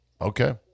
Okay